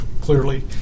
clearly